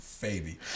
baby